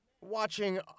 watching